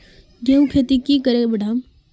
गेंहू खेती की करे बढ़ाम?